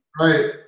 Right